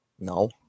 No